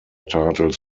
titles